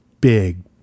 big